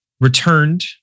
returned